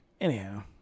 Anyhow